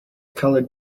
coloured